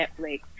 Netflix